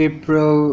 April